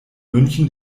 münchen